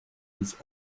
ins